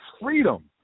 freedom